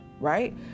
right